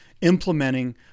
implementing